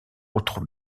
autres